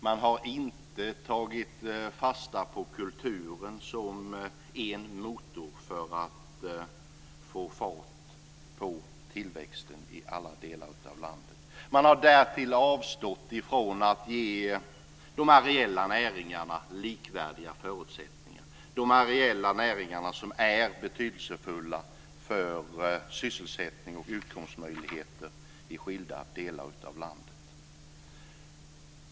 Man har inte tagit fasta på kulturen som en motor för att få fart på tillväxten i alla delar av landet. Man har därtill avstått ifrån att ge de ariella näringarna likvärdiga förutsättningar, de ariella näringarna som är betydelsefulla för sysselsättning och utkomstmöjligheter i skilda delar av landet.